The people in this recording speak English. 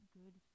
good